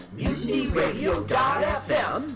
mutinyradio.fm